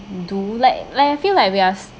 do like like I feel like we are